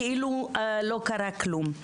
כאילו לא קרה כלום.